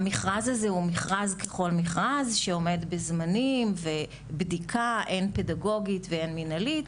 המרכז הוא מרכז ככל מכרז שעומד בזמנים ובדיקה הן פדגוגית והן מנהלית,